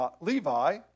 Levi